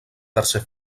tercer